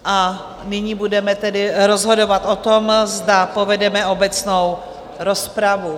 A nyní budeme tedy rozhodovat o tom, zda povedeme obecnou rozpravu.